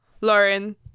lauren